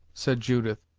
said judith,